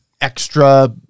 extra